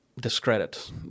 discredit